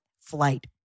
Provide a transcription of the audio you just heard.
flight